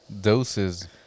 doses